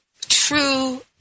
true